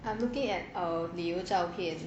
I'm looking at err 旅游照片